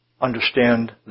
understand